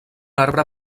arbre